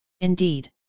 indeed